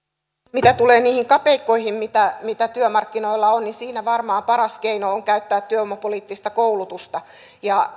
mitä tulee niihin kapeikkoihin mitä mitä työmarkkinoilla on niin siinä varmaan paras keino on käyttää työvoimapoliittista koulutusta ja